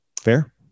Fair